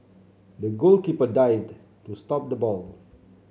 the goalkeeper dived to stop the ball